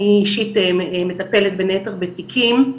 אני אישית מטפלת בין היתר בתיקים,